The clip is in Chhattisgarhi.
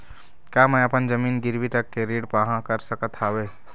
का मैं अपन जमीन गिरवी रख के ऋण पाहां कर सकत हावे?